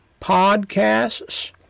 podcasts